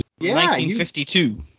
1952